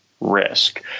risk